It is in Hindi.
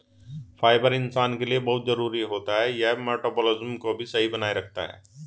फाइबर इंसान के लिए बहुत जरूरी होता है यह मटबॉलिज़्म को भी सही बनाए रखता है